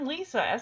Lisa